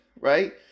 right